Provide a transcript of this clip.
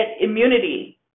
immunity